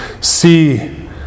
see